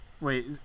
Wait